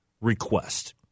request